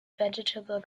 vegetable